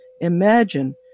imagine